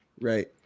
right